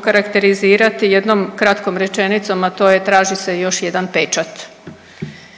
okarakterizirati jednom kratkom rečenicom, a to je traži se još jedan pečat.